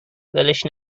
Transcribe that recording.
ولش